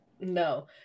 No